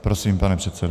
Prosím, pane předsedo.